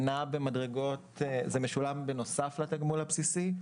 זה משולם בנוסף לתגמול הבסיסי.